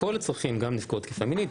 כל הצרכים גם נפגעות תקיפה מינית,